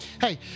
Hey